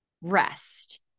rest